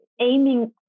aiming